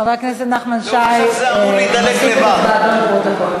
חבר הכנסת נחמן שי, נוסיף את הצבעתו לפרוטוקול.